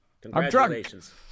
congratulations